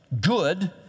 good